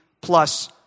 plus